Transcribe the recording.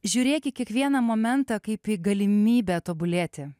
žiūrėk į kiekvieną momentą kaip į galimybę tobulėti